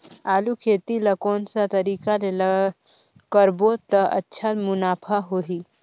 आलू खेती ला कोन सा तरीका ले करबो त अच्छा मुनाफा होही?